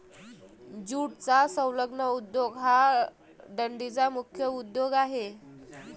ज्यूटचा संलग्न उद्योग हा डंडीचा मुख्य उद्योग आहे